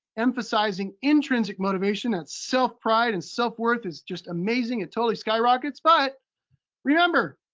emphasizing intrinsic motivation. that's self-pride, and self worth is just amazing, it totally skyrockets. but remember,